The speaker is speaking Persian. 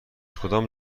کدام